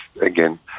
again